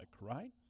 right